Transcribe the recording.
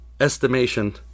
estimation